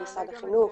החינוך,